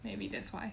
maybe that's why